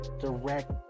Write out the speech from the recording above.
direct